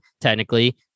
technically